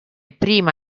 prima